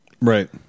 Right